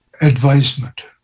advisement